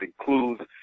includes